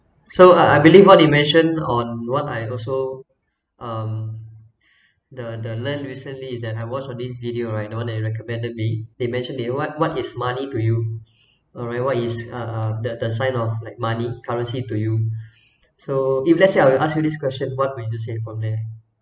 so I I believe what you mention on what I also um the the learn recently is that I watch of these video right the one they recommended me they mentioned the what what is money to you alright what is uh the the sign of like money currency to you so if let's say I will ask you this question what would you say from there